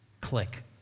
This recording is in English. Click